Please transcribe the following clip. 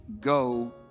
go